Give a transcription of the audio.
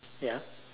ya